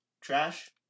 Trash